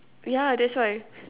ya that's why